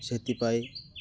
ସେଥିପାଇଁ